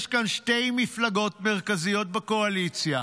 יש כאן שתי מפלגות מרכזיות בקואליציה